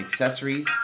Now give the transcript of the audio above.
accessories